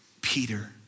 Peter